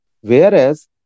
Whereas